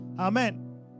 Amen